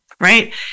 right